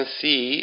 see